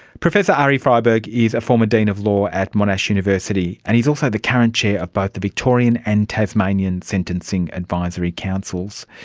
professor arie freiberg is a former dean of law at monash university and he's also the current chair of both the victorian and tasmanian sentencing advisory councils.